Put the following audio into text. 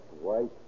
White